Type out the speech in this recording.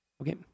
Okay